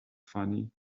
funny